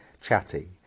chatty